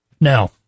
Now